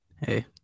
Hey